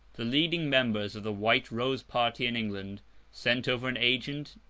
the leading members of the white rose party in england sent over an agent,